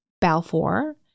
Balfour